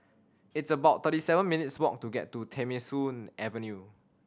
it's about thirty seven minutes walk to get to Nemesu Avenue